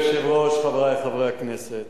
אדוני היושב-ראש, חברי חברי הכנסת,